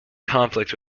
conflict